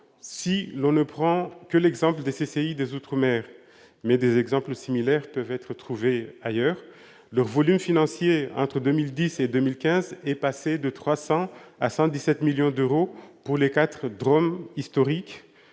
Si l'on ne prend que l'exemple des CCI des outre-mer, mais des exemples similaires peuvent être trouvés ailleurs, le volume financier, entre 2010 et 2015, est passé de 300 à 117 millions d'euros pour les quatre départements